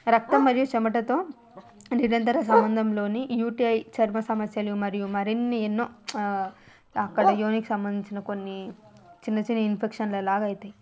రక్తం మరియు చెమటతో నిరంతర సంబంధంలోని యూటీఐ చర్మసమస్యలు మరియు మరిన్ని ఎన్నో అక్కడ యోనికి సంబంధించిన కొన్ని చిన్న చిన్న ఇన్ఫెక్షన్లాగా అవుతుంది